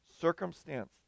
circumstance